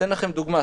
אתן לכם דוגמה,